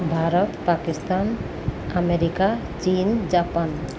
Bharat Pakistan America ଚୀନ Japan